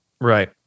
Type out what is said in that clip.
Right